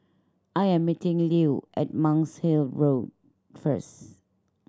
I am meeting Lew at Monk's Hill Road first